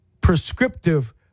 prescriptive